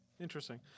Interesting